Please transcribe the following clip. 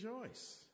rejoice